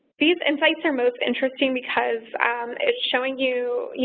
these insights are most interesting because it's showing you, you